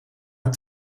het